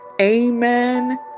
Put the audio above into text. amen